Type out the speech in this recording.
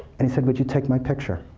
and he said, would you take my picture?